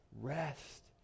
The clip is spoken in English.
rest